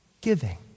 giving